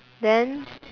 then